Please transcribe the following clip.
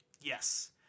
yes